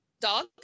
Dog